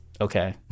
Okay